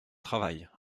travail